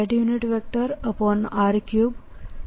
z z rr5 મળશે